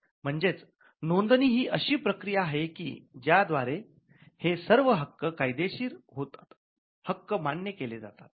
म्हणजेच नोंदणी ही अशी प्रक्रिया आहे की ज्या द्वारे हे सर्व हक्क कायदेशीर होतात हक्क मान्य केले जातात